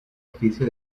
oficio